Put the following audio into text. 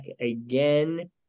again